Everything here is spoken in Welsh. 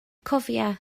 cofia